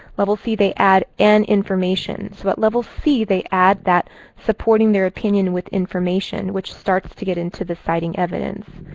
level c, they ad in and information. so at level c, they add that supporting their opinion with information, which starts to get into the citing evidence.